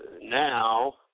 now